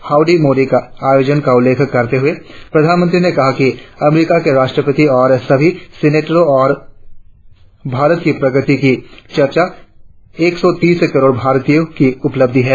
howdy Modi आयोजन का उल्लेख करते हुए प्रधानमंत्री ने कहा कि अमरिका के राष्ट्रपति और सभी सीनेटरों की उपस्थिति और भारत की प्रगति की चर्चा एक सौ तीस करोड़ भारतीयों की उपलब्धि है